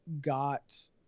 got